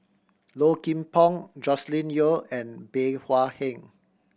Low Kim Pong Joscelin Yeo and Bey Hua Heng